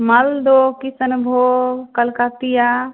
Maldah Kishanbhog Kalkatia